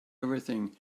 everything